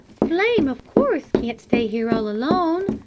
flame, of course, can't stay here all alone.